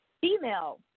female